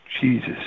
Jesus